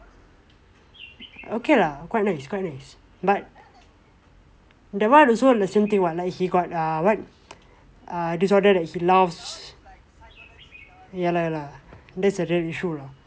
okay lah quite nice quite nice but the one also the same thing what like he got what err disorder right he loves ya lah ya lah that's the real issue lah